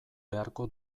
beharko